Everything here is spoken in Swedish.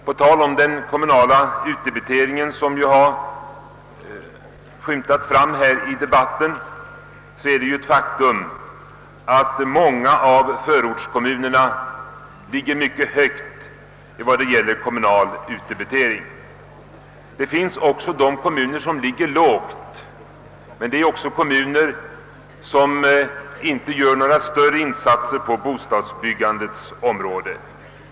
På tal om kommunala utdebiteringar, som berörts i debatten, är det ett faktum att många av förortskommunerna har en mycket hög kommunal utdebitering. Det finns också kommuner med låg utdebitering, men det är då fråga om kommuner som inte gör några större insatser på bostadsbyggandets område.